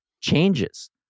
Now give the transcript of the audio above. changes